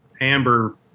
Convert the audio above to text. amber